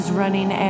running